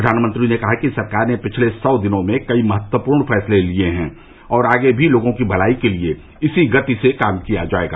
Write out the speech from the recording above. प्रधानमंत्री ने कहा कि सरकार ने पिछल सौ दिनों में कई महत्वपूर्ण फैसले लिये हैं और आगे भी लोगों की भलाई के लिए इसी गति से काम किया जाएगा